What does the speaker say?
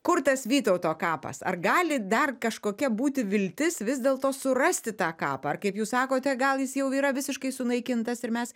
kur tas vytauto kapas ar gali dar kažkokia būti viltis vis dėlto surasti tą kapą ar kaip jūs sakote gal jis jau yra visiškai sunaikintas ir mes